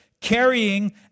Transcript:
carrying